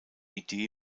idee